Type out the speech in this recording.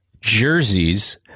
jerseys